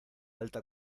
alta